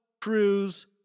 Cruise